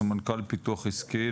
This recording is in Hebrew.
סמנכ"ל פיתוח עסקי,